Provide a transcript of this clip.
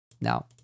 now